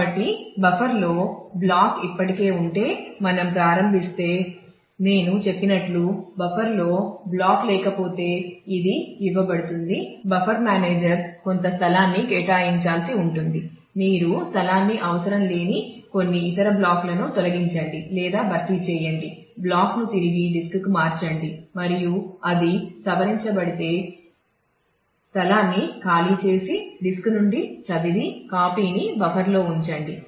కాబట్టి బఫర్లో బ్లాక్ ఇప్పటికే ఉంటే మనం ప్రారంభిస్తే నేను చెప్పినట్లు బఫర్లో బ్లాక్ లేకపోతే అది ఇవ్వబడుతుంది బఫర్ మేనేజర్ కొంత స్థలాన్ని కేటాయించాల్సి ఉంటుంది మీరు స్థలాన్ని అవసరం లేని కొన్ని ఇతర బ్లాక్లను తొలగించండి లేదా భర్తీ చేయండి బ్లాక్ ను తిరిగి డిస్క్కి మార్చండి మరియు అది సవరించబడితే స్థలాన్ని ఖాళీ చేసి డిస్క్ నుండి చదివి కాపీని బఫర్లో ఉంచండి